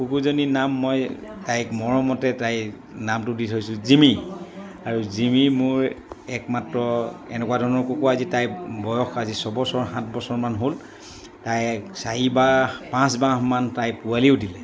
কুকুৰজনীৰ নাম মই তাইক মৰমতে তাইৰ নামটো দি থৈছোঁ জিমি আৰু জিমি মোৰ একমাত্ৰ এনেকুৱা ধৰণৰ কুকুৰ আজি তাই বয়স আজি ছবছৰ সাতবছৰমান হ'ল তাই চাৰিবাঁহ পাঁচবাঁহমান তাই পোৱালিও দিলে